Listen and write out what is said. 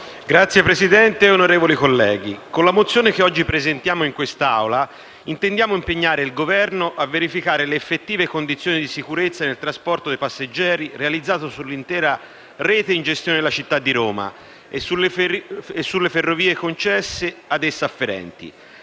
Signor Presidente, onorevoli colleghi, con la mozione che oggi presentiamo in quest'Aula intendiamo impegnare il Governo a verificare le effettive condizioni di sicurezza nel trasporto dei passeggeri realizzato sull'intera rete in gestione della città di Roma e sulle ferrovie concesse a essa afferenti.